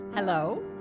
Hello